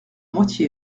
moitié